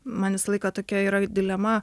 man visą laiką tokia yra dilema